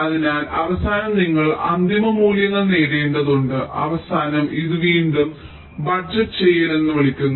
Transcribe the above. അതിനാൽ അവസാനം നിങ്ങൾ അന്തിമ മൂല്യങ്ങൾ നേടേണ്ടതുണ്ട് അവസാനം ഇത് വീണ്ടും ബജറ്റ് ചെയ്യൽ എന്ന് വിളിക്കുന്നു